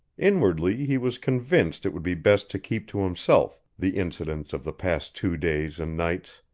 inwardly he was convinced it would be best to keep to himself the incidents of the past two days and nights.